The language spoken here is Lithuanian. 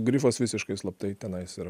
grifas visiškai slaptai tenais yra